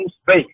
space